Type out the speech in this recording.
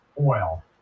Oil